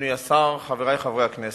אדוני השר, חברי חברי הכנסת,